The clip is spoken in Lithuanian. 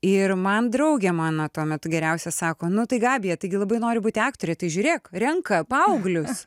ir man draugė mano tuo metu geriausia sako nu tai gabija taigi labai noriu būti aktorė tai žiūrėk renka paauglius